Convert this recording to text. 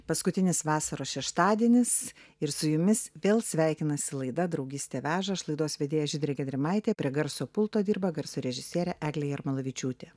paskutinis vasaros šeštadienis ir su jumis vėl sveikinasi laida draugystė veža aš laidos vedėja žydrė gedrimaitė prie garso pulto dirba garso režisierė eglė jarmalavičiūtė